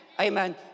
Amen